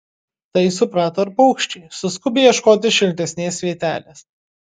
tai suprato ir paukščiai suskubę ieškoti šiltesnės vietelės